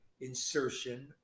insertion